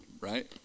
right